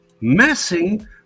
messing